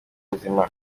buzima